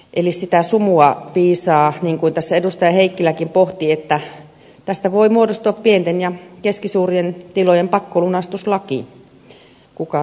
eli sitä sumua piisaa niin kuin tässä edustaja heikkiläkin pohti että tästä voi muodostua pienten ja keskisuurten tilojen pakkolunastuslaki kuka tietää